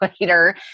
later